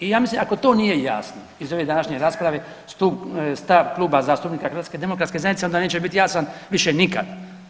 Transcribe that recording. I ja mislim ako to nije jasno iz ove današnje rasprave, stup, stav Kluba zastupnika HDZ-a onda neće biti jasan više nikad.